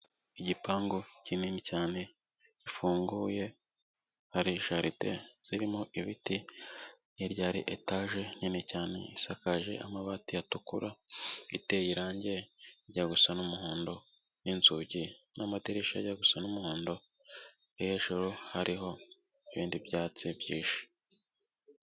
Igipangu kinini cyane gifunguye, hari jaride zirimo ibiti hirya hari etaje nini cyane isakaje amabati atukura, iteye irangi rijya gusa n'umuhondo n'inzugi n'amadirisha ajya gusa n'umuhondo, hejuru hariho ibindi byatsi byinshi.